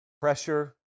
pressure